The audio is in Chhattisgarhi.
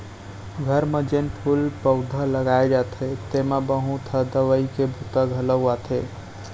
घर म जेन फूल पउधा लगाए जाथे तेमा बहुत ह दवई के बूता घलौ आथे